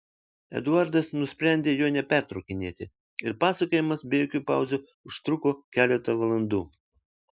eduardas nusprendė jo nepertraukinėti ir pasakojimas be jokių pauzių užtruko keletą valandų